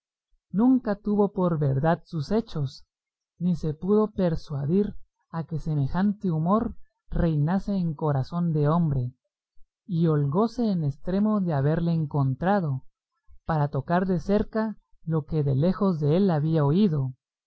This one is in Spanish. nunca tuvo por verdad sus hechos ni se pudo persuadir a que semejante humor reinase en corazón de hombre y holgóse en estremo de haberle encontrado para tocar de cerca lo que de lejos dél había oído